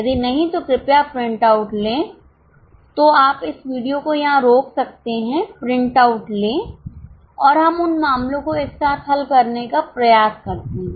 यदि नहीं तो कृपया प्रिंटआउट लें तो आप इस वीडियो को यहां रोक सकते हैं प्रिंटआउट ले और हम उन मामलों को एक साथ हल करने का प्रयास करते हैं